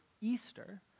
Easter